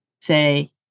Say